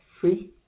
free